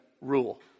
rule